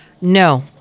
No